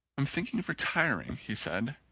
i'm thinking of retiring, he said,